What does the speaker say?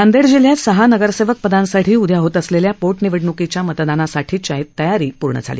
नांदेड जिल्ह्यात सहा नगरसेवक पदांसाठी उद्या होत असलेल्या पोटनिवडण्कीच्या मतदानासाठीची तयारी झाली